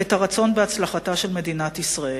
את הרצון בהצלחתה של ישראל.